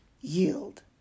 yield